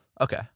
Okay